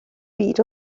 byd